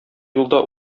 юлда